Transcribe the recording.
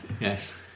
Yes